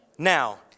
now